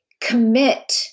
commit